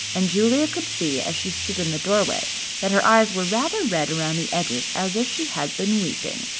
and julia could see as she stood in the doorway that her eyes were rather red around the edges as if she had been weeping.